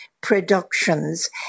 productions